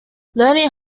learning